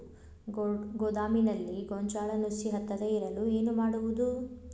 ಗೋದಾಮಿನಲ್ಲಿ ಗೋಂಜಾಳ ನುಸಿ ಹತ್ತದೇ ಇರಲು ಏನು ಮಾಡುವುದು?